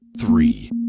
three